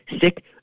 sick